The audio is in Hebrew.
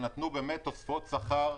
נתנו באמת תוספי שכר.